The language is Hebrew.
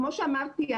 כמו שאמרתי,